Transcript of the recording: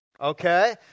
Okay